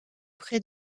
près